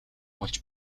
болж